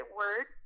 word